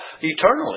eternally